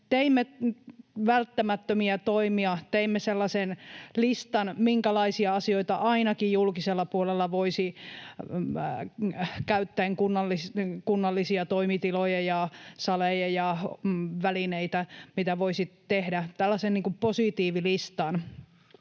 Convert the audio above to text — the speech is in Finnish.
teimme välttämättömiä toimia. Teimme sellaisen listan, minkälaisia asioita ainakin julkisella puolella käyttäen kunnallisia toimitiloja ja saleja ja välineitä voisi tehdä — tällaisen positiivilistan.